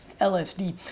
LSD